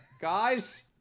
Guys